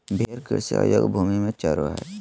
भेड़ कृषि अयोग्य भूमि में चरो हइ